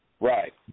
Right